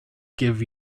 give